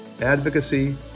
advocacy